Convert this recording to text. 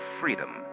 freedom